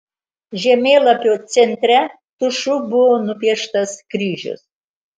žemėlapio centre tušu buvo nupieštas kryžius